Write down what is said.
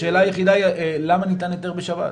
השאלה היחידה היא למה ניתן היתר בשבת.